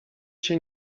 cię